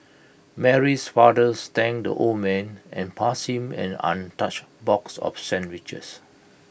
Mary's father thanked the old man and passed him an untouched box of sandwiches